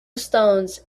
stones